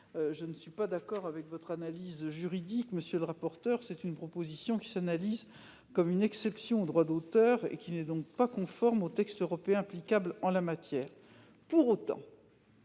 Je ne suis pas d'accord avec votre analyse juridique, monsieur le rapporteur : cette disposition constituerait une exception au droit d'auteur et n'est donc pas conforme aux textes européens applicables en la matière. Pour autant,